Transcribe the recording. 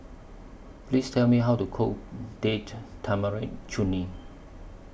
Please Tell Me How to Cook Date Tamarind Chutney